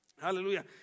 Hallelujah